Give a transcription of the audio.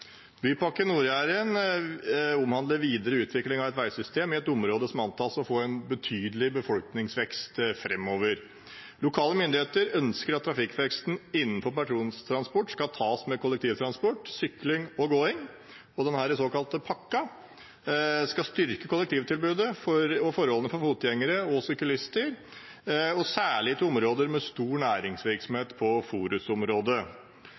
Bypakke Nord-Jæren omhandler videre utvikling av et veisystem i et område som antas å få en betydelig befolkningsvekst framover. Lokale myndigheter ønsker at trafikkveksten innen persontransport skal tas med kollektivtransport, sykling og gåing. Denne såkalte pakken skal styrke kollektivtilbudet og forholdene for fotgjengere og syklister, særlig til områder med stor